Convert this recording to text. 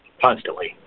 constantly